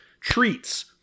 treats